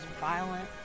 violent